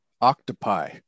octopi